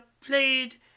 played